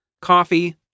coffee